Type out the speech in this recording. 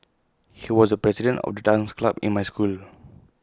he was the president of the dance club in my school